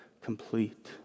complete